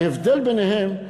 ההבדל ביניהם,